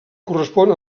correspon